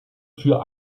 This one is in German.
für